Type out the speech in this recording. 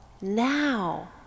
now